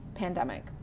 Pandemic